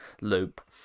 loop